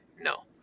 No